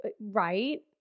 right